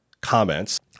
comments